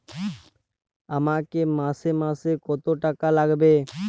আমাকে মাসে মাসে কত টাকা লাগবে?